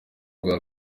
uguha